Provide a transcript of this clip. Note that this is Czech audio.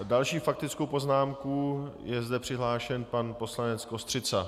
Další faktická poznámka, je zde přihlášen pan poslanec Kostřica.